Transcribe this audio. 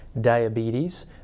diabetes